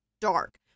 dark